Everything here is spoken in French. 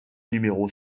numéro